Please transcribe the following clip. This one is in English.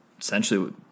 essentially